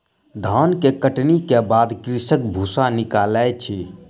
धान के कटनी के बाद कृषक भूसा निकालै अछि